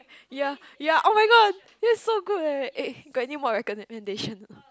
ya ya [oh]-my-god that's so good leh eh eh got anymore recommendation or not